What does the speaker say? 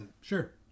Sure